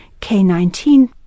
K19